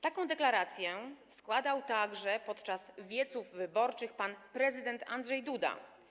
Takie deklaracje składał także podczas wieców wyborczych pan prezydent Andrzej Duda.